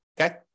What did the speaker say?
okay